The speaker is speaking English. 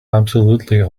absolutely